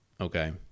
okay